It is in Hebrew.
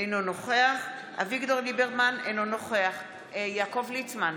אינו נוכח אביגדור ליברמן, אינו נוכח יעקב ליצמן,